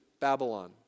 Babylon